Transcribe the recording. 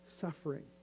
suffering